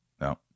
No